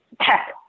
tech